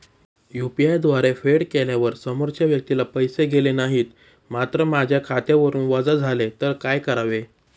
UPI द्वारे paid केल्यावर समोरच्या व्यक्तीला पैसे गेले नाहीत मात्र माझ्या खात्यावरून वजा झाले तर काय करावे?